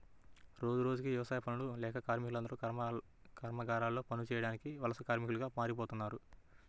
రోజురోజుకీ యవసాయ పనులు లేక కార్మికులందరూ కర్మాగారాల్లో పనులు చేయడానికి వలస కార్మికులుగా మారిపోతన్నారు